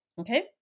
okay